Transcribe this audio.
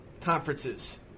conferences